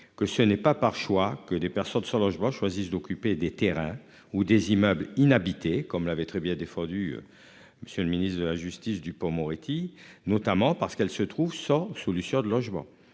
que ce n'est pas par choix que des personnes sans logement choisissent d'occuper des terrains ou des immeubles inhabités, comme l'avait très bien défendu. Monsieur le ministre de la Justice, Dupond-Moretti notamment parce qu'elle se trouve sans solution de logement.